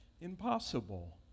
impossible